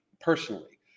personally